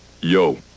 Yo